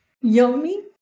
Yummy